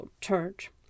church